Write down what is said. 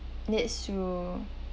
that's true